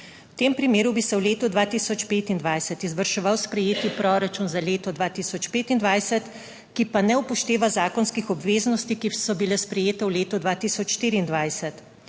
V tem primeru bi se v letu 2025 izvrševal sprejeti proračun za leto 2025, ki pa ne upošteva zakonskih obveznosti, ki so bile sprejete v letu 2024.